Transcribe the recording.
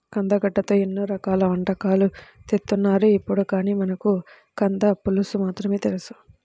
కందగడ్డతో ఎన్నో రకాల వంటకాలు చేత్తన్నారు ఇప్పుడు, కానీ మనకు కంద పులుసు మాత్రమే తెలుసు